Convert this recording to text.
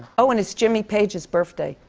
oh, and it's jimmy page's birthday.